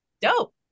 Dope